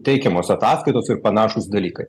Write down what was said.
teikiamos ataskaitos ir panašūs dalykai